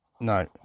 No